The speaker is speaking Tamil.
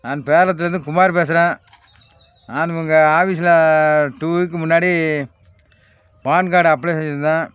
நான் பேரளத்தில் இருந்து குமார் பேசுகிறேன் நான் உங்கள் ஆஃபிஸில் டூ வீக் முன்னாடி பான் கார்டு அப்ளே செஞ்சுருந்தேன்